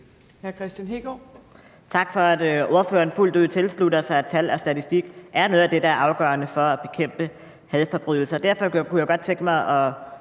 Tak, for at ordføreren fuldt ud tilslutter sig, at tal og statistik er noget af det, der er afgørende for at bekæmpe hadforbrydelser. Derfor kunne jeg godt tænke mig at